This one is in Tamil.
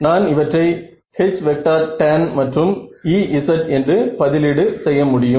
நான் இவற்றை Htan மற்றும் Ez என்று பதிலீடு செய்ய முடியும்